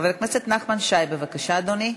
חבר הכנסת נחמן שי, בבקשה, אדוני.